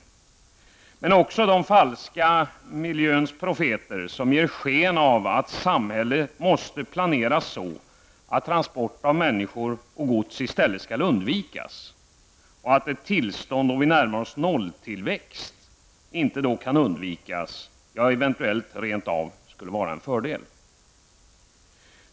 Detta synsätt är också präglat av de falska miljöprofeter som ger sken av att samhället måste planeras så att transport av människor och gods i stället skall undvikas, och att ett tillstånd då vi närmar oss nolltillväxt inte kan undvikas, eventuellt betraktas det rent av som en fördel.